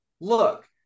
look